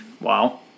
Wow